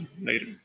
later